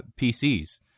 PCs